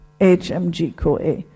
HMG-CoA